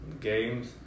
Games